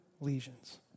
lesions